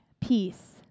peace